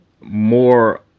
more